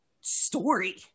story